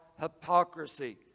hypocrisy